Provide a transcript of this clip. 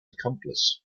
accomplice